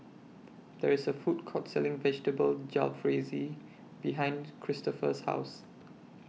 There IS A Food Court Selling Vegetable Jalfrezi behind Cristofer's House